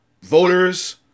voters